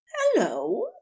Hello